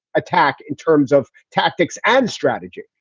attack in terms of tactics and strategy?